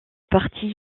parti